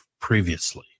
previously